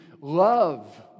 love